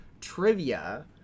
trivia